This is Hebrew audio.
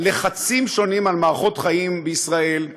לחצים שונים על מערכות חיים בישראל,